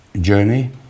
journey